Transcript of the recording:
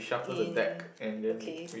in okay